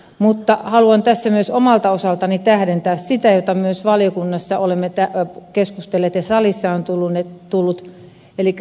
mutta haluan tässä myös omalta osaltani tähdentää sitä josta myös valiokunnassa olemme keskustelleet ja joka salissa on tullut esiin